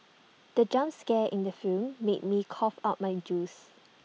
the jump scare in the film made me cough out my juice